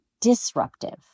disruptive